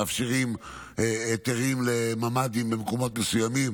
מאפשרים היתרים לממ"דים במקומות מסוימים.